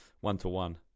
one-to-one